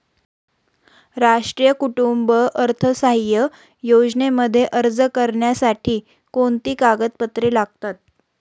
राष्ट्रीय कुटुंब अर्थसहाय्य योजनेमध्ये अर्ज करण्यासाठी कोणती कागदपत्रे लागतात?